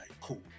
cool